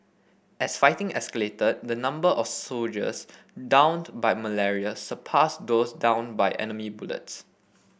as fighting escalated the number of soldiers downed by malaria surpassed those downed by enemy bullets